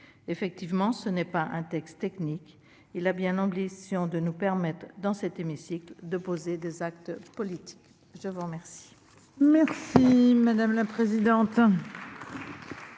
Effectivement, ce n'est pas un texte technique ; il a bien l'ambition de nous permettre, dans cet hémicycle, de poser des actes politiques. La parole